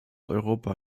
europa